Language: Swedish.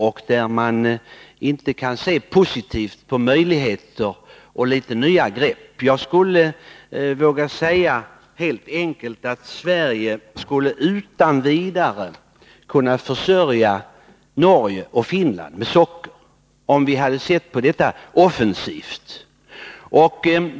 Man kan inte se positivt på nya möjligheter och nya grepp. Jag skulle helt enkelt våga säga att Sverige utan vidare skulle kunna försörja Norge och Finland, om vi hade sett offensivt på detta.